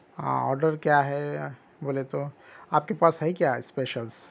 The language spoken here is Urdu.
ہاں آرڈر کیا ہے بولے تو آپ کے پاس ہے کیا اسپیشلس